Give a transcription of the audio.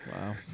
Wow